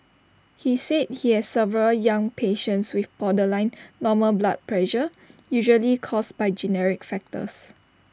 he said he has several young patients with borderline normal blood pressure usually caused by genetic factors